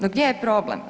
No gdje je problem?